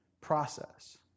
process